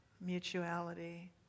Mutuality